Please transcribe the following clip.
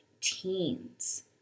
teens